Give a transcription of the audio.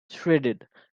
shredded